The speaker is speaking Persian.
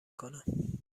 کنم